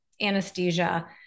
anesthesia